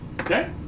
Okay